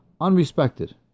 unrespected